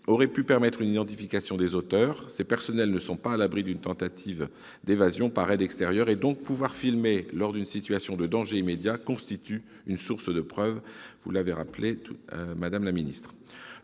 aurait pu permettre une identification des auteurs. Ces personnels ne sont pas à l'abri d'une tentative d'évasion par aide extérieure. Pouvoir filmer lors d'une situation de danger immédiat constitue donc une source de preuves, vous l'avez rappelé, madame la ministre.